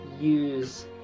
use